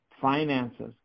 finances